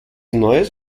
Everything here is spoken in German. neues